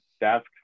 desk